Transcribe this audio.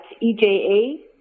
Eja